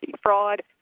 Fraud